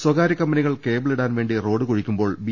സ്വകാര്യ കമ്പനികൾ കേബി ളിടാൻവേണ്ടി റോഡ് കുഴിക്കുമ്പോൾ ബി